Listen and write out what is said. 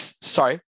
sorry